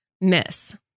miss